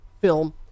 film